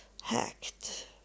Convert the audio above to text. hacked